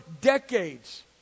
decades